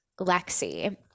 Lexi